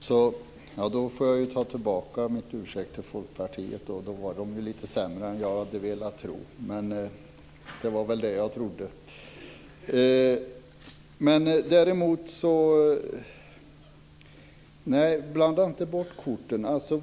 Herr talman! Då får jag ta tillbaka min ursäkt till Folkpartiet. Det var lite sämre än vad jag velat tro. Det var väl det jag trodde! Blanda inte bort korten.